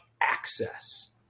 access